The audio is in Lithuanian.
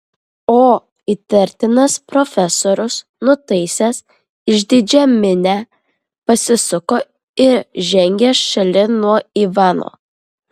o įtartinas profesorius nutaisęs išdidžią miną pasisuko ir žengė šalin nuo ivano